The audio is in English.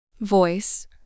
Voice